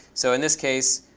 so in this case,